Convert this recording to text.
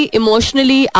emotionally